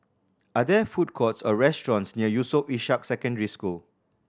are there food courts or restaurants near Yusof Ishak Secondary School